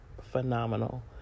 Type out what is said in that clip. phenomenal